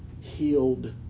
healed